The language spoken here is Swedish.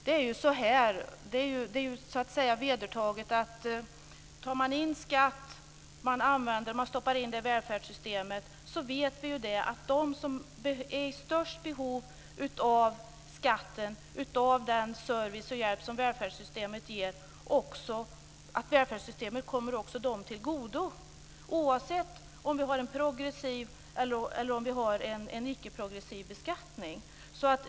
Det är ju vedertaget att tar man in skatt och stoppar in i välfärdssystemet så är det dem som är i störst behov av den service och hjälp som välfärdssystemet ger som systemet också kommer bäst till godo. Det gäller oavsett om vi har en progressiv eller en icke-progressiv beskattning.